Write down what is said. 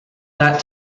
that